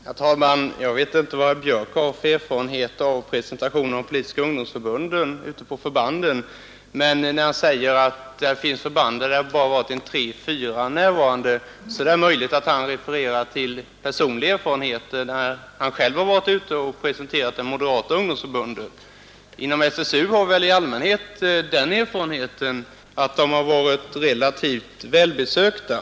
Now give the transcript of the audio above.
Herr talman! Jag vet inte vad herr Björck i Nässjö har för erfarenheter av presentationen av de politiska ungdomsförbunden ute på förbanden. Men när han säger att det finns förband där det bara varit en tre fyra närvarande är det möjligt att han har refererat till personliga erfarenheter när han själv har varit ute och presenterat det moderata ungdomsförbundet. Inom SSU har vi väl i allmänhet den erfarenheten att träffarna varit relativt välbesökta.